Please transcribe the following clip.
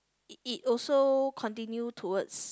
it also continue towards